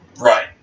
Right